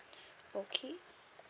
okay